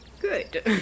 Good